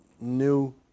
New